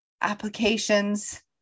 applications